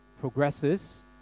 progresses